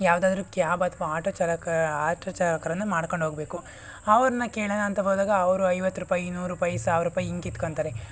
ಯಾವುದಾದ್ರೂ ಕ್ಯಾಬ್ ಅಥವಾ ಆಟೋ ಚಾಲಕ ಆಟೋ ಚಾಲಕರನ್ನು ಮಾಡ್ಕೊಂಡೋಗ್ಬೇಕು ಅವ್ರನ್ನು ಕೇಳೋಣ ಅಂತ ಹೋದಾಗ ಅವರು ಐವತ್ತು ರೂಪಾಯಿ ನೂರು ರೂಪಾಯಿ ಸಾವ್ರುಪಾಯಿ ಹೀಗೆ ಕಿತ್ಕೋತ್ತಾರೆ